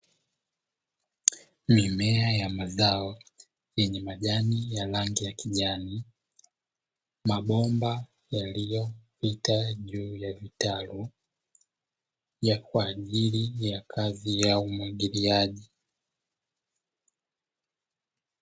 Mimea ya mazao yenye majani ya rangi ya kijani, mabomba yaliyopita juu ya vitalu ya kwa ajili ya kazi ya umwagiliaji.